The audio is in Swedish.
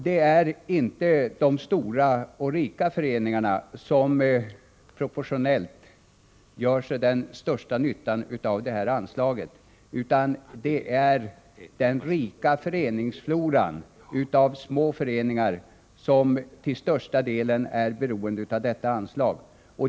Det är inte de stora och rika föreningarna som proportionellt får den största nyttan av det här anslaget, utan det är den rika floran av små föreningar som till största delen är beroende av detta anslag.